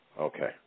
Okay